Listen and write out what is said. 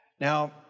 Now